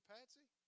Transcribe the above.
Patsy